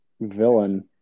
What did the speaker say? villain